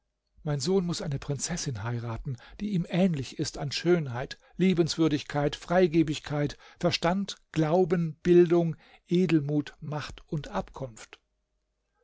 mein sohn muß eine prinzessin heiraten die ihm ähnlich ist an schönheit liebenswürdigkeit freigebigkeit verstand glauben bildung edelmut macht und abkunft